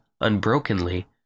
unbrokenly